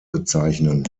bezeichnen